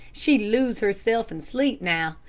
she lose herself in sleep now.